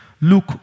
Luke